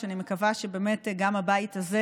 ואני מקווה שבאמת, גם הבית הזה